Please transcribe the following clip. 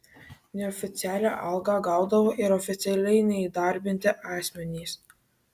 neoficialią algą gaudavo ir oficialiai neįdarbinti asmenys